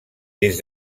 des